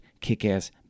kick-ass